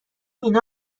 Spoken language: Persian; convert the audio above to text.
اینا